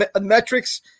metrics